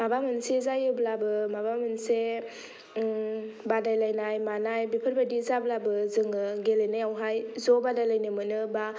माबा मोनसे जायोब्लाबो माबा मोनसे बादायलायनाय मानाय बेफोरबादि जाब्लाबो जोङो गेलेनायावहाय ज' बादायलायनो मोनो बा